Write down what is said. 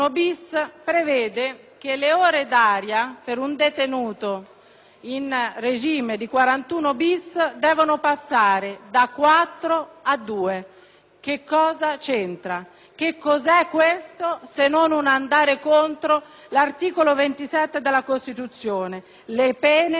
regime devono passare da quattro a due. Che cosa c'entra? Che cos'è questo se non un andare contro l'articolo 27 della Costituzione: «Le pene non possono consistere in trattamenti contrari al senso di umanità»?